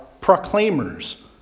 proclaimers